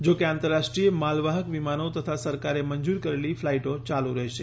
જોકે આંતરરાષ્ટ્રીય માલવાહક વિમાનો તથા સરકારે મંજુર કરેલી ફ્લાઇટો યાલુ રહેશે